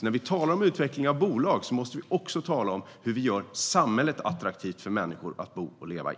När vi talar om utveckling av bolag måste vi också tala om hur vi gör samhället attraktivt för människor att bo och leva i.